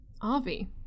Avi